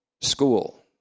school